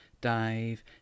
dive